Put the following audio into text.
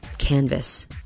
canvas